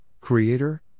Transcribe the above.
creator